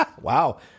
Wow